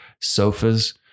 sofas